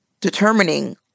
determining